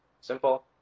Simple